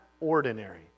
ordinary